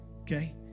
okay